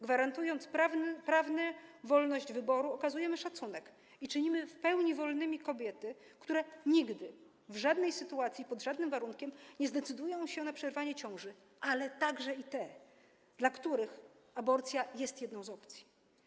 Gwarantując prawną wolność wyboru, okazujemy szacunek, czynimy w pełni wolnymi kobiety, które nigdy, w żadnej sytuacji, pod żadnym warunkiem nie zdecydują się na przerwanie ciąży, ale także i te, dla których aborcja jest jedną z opcji.